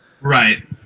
Right